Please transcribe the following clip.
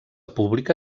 pública